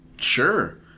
Sure